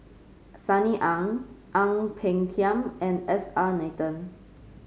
Sunny Ang Ang Peng Tiam and S R Nathan